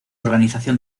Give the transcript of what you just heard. organización